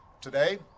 Today